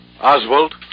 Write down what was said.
Oswald